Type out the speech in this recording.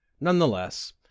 Nonetheless